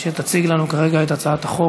שתציג לנו כרגע את הצעת החוק.